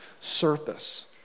surface